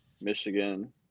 Michigan